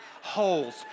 Holes